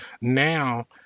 now